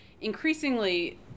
increasingly